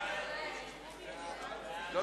סעיפים 1 2